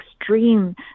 extreme